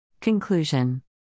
Conclusion